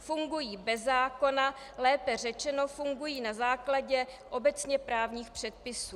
Fungují bez zákona, lépe řečeno fungují na základě obecně právních předpisů.